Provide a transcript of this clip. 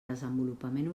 desenvolupament